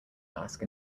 mask